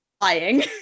lying